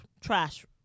Trash